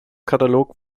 katalog